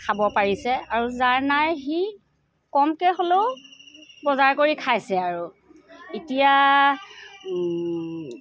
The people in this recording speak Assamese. খাব পাৰিছে আৰু যাৰ নাই সি কমকৈ হ'লেও বজাৰ কৰি খাইছে আৰু এতিয়া